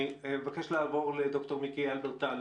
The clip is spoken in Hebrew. אני אבקש לעבור לד"ר מיקי הלברטל,